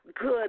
good